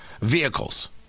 vehicles